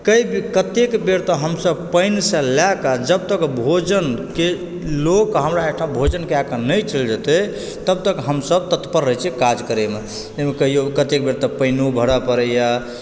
कए कतेक बेर तऽ हमसभ पानिसँ लए कऽ जब तक भोजनके लोक हमरा ओहिठाम भोजन कएकऽनहि चलि जेतै तब तक हमसभ तत्पर रहै छिऐ काज करएमे एहिमे कहिओ कतेक बेर तऽ पाइनो भरय पड़ैए